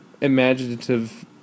imaginative